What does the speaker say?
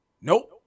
Nope